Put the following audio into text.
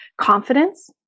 confidence